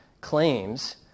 claims